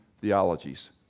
theologies